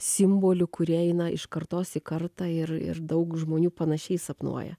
simbolių kurie eina iš kartos į kartą ir ir daug žmonių panašiai sapnuoja